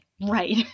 Right